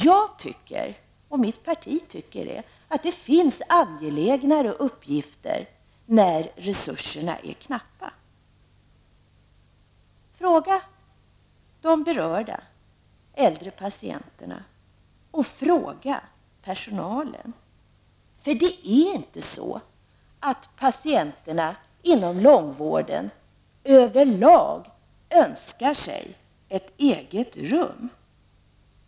Jag och mitt parti tycker att det finns angelägnare uppgifter när resurserna är knappa. Fråga de berörda äldre patienterna och fråga personalen, för det är inte så att patienterna inom långvården över lag önskar sig ett eget rum.